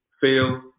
feel